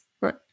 Right